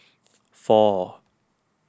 four